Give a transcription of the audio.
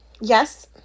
yes